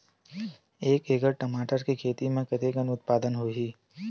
एक एकड़ टमाटर के खेती म कतेकन उत्पादन होही?